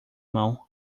mão